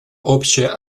общая